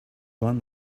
one